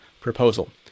proposal